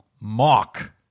Mock